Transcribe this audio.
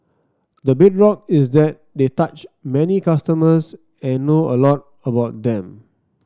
the bedrock is that they touch many consumers and know a lot about them